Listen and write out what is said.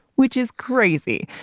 which is crazy!